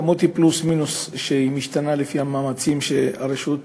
המספר הוא פלוס מינוס, ומשתנה לפי המאמצים שהרשות